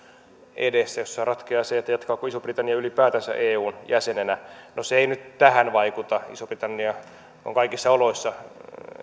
edessä jossa ratkeaa se jatkaako iso britannia ylipäätänsä eun jäsenenä no se ei nyt tähän vaikuta iso britannia on kaikissa oloissa